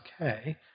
okay